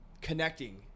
Connecting